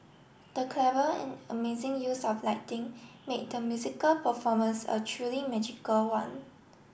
the clever and amazing use of lighting made the musical performance a truly magical one